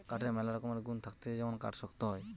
কাঠের ম্যালা রকমের গুন্ থাকতিছে যেমন কাঠ শক্ত হয়